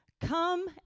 Come